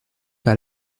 pas